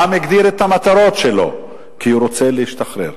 העם הגדיר את המטרות שלו כי הוא רוצה להשתחרר.